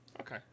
Okay